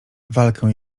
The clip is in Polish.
walkę